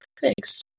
Thanks